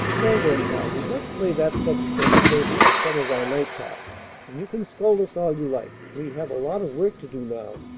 well, there, cloudy, let's lay that subject on the table for some of our night talks and you can scold us all you like. we have a lot of work to do now,